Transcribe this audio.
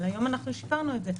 אבל היום שיפרנו את זה.